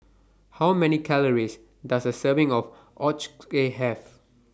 How Many Calories Does A Serving of Ochazuke Have